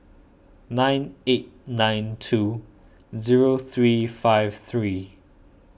nine eight nine two zero three five three